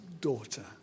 daughter